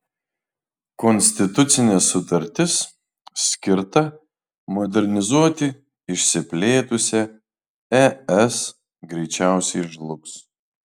konstitucinė sutartis skirta modernizuoti išsiplėtusią es greičiausiai žlugs